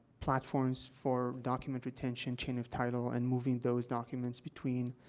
platforms for document retention, chain of title, and moving those documents between,